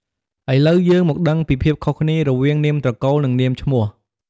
ឥឡូវយើងមកដឹងពីភាពខុសគ្នារវាង នាមត្រកូល និង នាមឈ្មោះ។